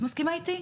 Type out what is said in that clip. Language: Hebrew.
את מסכימה איתי?